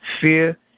Fear